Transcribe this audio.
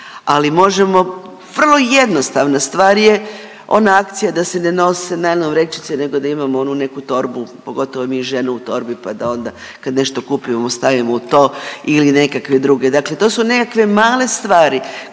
ali možemo vrlo jednostavna stvar je ona akcija da se ne nose najlon vrećice nego da imao onu neku torbu pogotovo mi žene u torbi pa da onda kad nešto kupimo stavimo u to ili nekakve druge. Dakle, to su nekakve male stvari